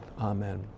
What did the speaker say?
amen